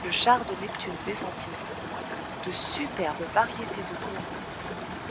le char de neptune des antilles de superbes variétés de coraux